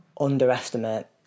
underestimate